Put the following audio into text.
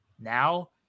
now